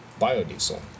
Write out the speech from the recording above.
biodiesel